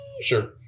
Sure